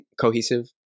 cohesive